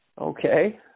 Okay